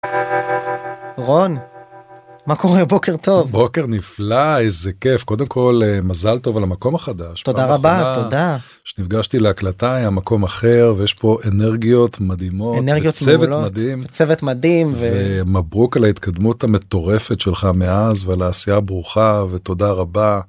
רון, מה קורה? בוקר טוב. בוקר נפלא, איזה כיף. קודם כל מזל טוב על המקום החדש. תודה רבה, תודה. כשנפגשתי להקלטה המקום אחר ויש פה אנרגיות מדהימות, צוות מדהים. צוות מדהים. מברוק על ההתקדמות המטורפת שלך מאז, ועל העשייה הברוכה ותודה רבה.